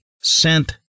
sent